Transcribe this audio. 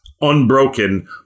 unbroken